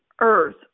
earth